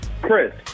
Chris